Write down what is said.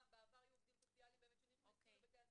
בעבר היו עובדים סוציאליים שנכנסו לבתי הספר.